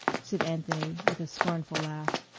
said anthony with a scornful laugh.